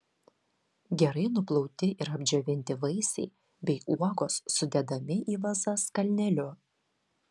gerai nuplauti ir apdžiovinti vaisiai bei uogos sudedami į vazas kalneliu